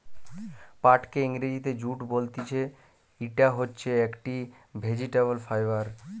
পাটকে ইংরেজিতে জুট বলতিছে, ইটা হচ্ছে একটি ভেজিটেবল ফাইবার